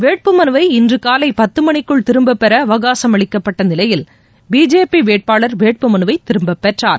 வேட்புமனுவை இன்று காலை பத்துமணிக்குள் திரும்பப்பெற அவகாசம் அளிக்கப்பட்ட நிலையில் பிஜேபி வேட்பாளர் வேட்புமனுவை திரும்பப்பெற்றார்